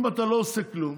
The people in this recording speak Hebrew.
אם אתה לא עושה כלום,